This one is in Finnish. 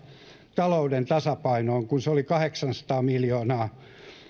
talouden tasapainoon kun se oli kahdeksansataa miljoonaa